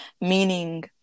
meaning